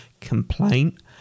complaint